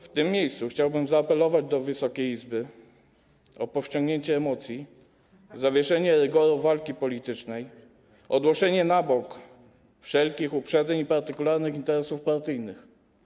W tym miejscu chciałbym zaapelować do Wysokiej Izby o powściągnięcie emocji, zawieszenie rygorów walki politycznej, odłożenie na bok wszelkich uprzedzeń i partykularnych interesów partyjnych.